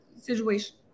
situation